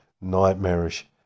nightmarish